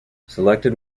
selected